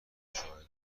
شاهدان